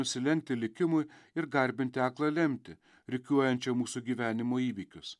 nusilenkti likimui ir garbinti aklą lemtį rikiuojančią mūsų gyvenimo įvykius